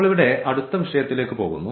ഇപ്പോൾ ഇവിടെ അടുത്ത വിഷയത്തിലേക്ക് പോകുന്നു